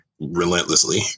relentlessly